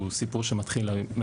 ואני שומעת את זה כל הזמן.